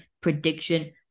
prediction